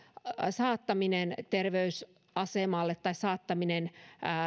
saattaminen terveysasemalle tai saattaminen